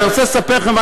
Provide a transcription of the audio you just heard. אבל אני רוצה לספר לכם,